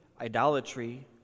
idolatry